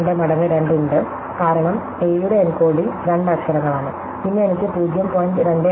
32 മടങ്ങ് 2 ഉണ്ട് കാരണം എ യുടെ എൻകോഡിംഗ് രണ്ട് അക്ഷരങ്ങളാണ് പിന്നെ എനിക്ക് 0